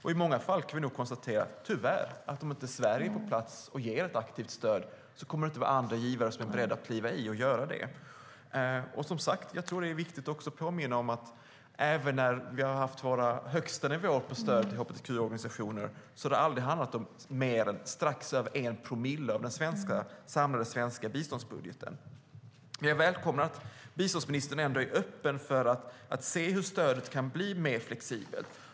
I många fall kan vi tyvärr konstatera att om inte Sverige är på plats och ger ett aktivt stöd kommer det inte att vara några andra givare som är beredda att kliva i och göra det. Jag tror som sagt att det är viktigt att påminna om att även när vi har haft våra högsta nivåer på stöd till hbtq-personer har det aldrig handlat om mer än strax över 1 promille av den samlade svenska biståndsbudgeten. Jag välkomnar att biståndsministern ändå är öppen för att se hur stödet kan bli mer flexibelt.